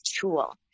tool